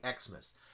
Xmas